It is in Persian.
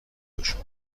بشو